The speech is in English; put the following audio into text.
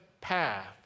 path